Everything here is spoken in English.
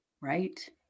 Right